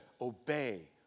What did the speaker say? obey